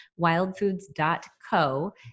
wildfoods.co